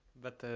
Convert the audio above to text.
but